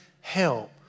help